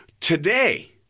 today